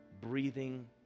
breathing